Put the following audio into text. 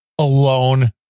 alone